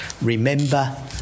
remember